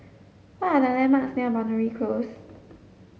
what are the landmarks near Boundary Close